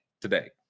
today